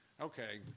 okay